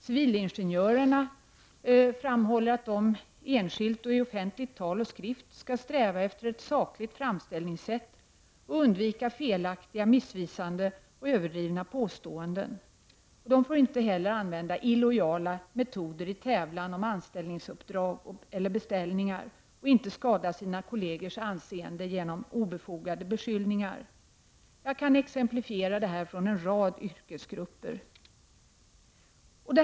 Civilingenjörerna framhåller att de enskilt och i offentligt tal och skrift skall sträva efter ett sakligt framställningsätt och undvika felaktiga, missvisande och överdrivna påståenden. De får inte heller använda illojala metoder i tävlan om anställning, uppdrag eller beställningar och inte skada sina kollegers anseende genom obefogade beskyllningar. Jag kan exemplifiera det här från en rad yrkesgrupper.